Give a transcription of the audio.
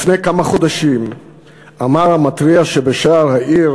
לפני כמה חודשים אמר המתריע שבשער העיר